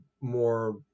more